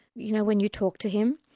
you know, when you talk to him.